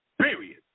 period